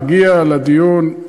אגיע לדיון,